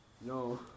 No